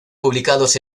publicados